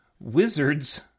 wizards